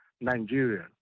Nigeria